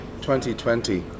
2020